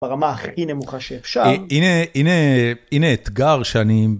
ברמה הכי נמוכה שאפשר. הנה, הנה אתגר שאני...